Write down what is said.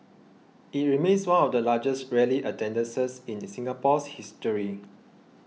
it remains one of the largest rally attendances in Singapore's history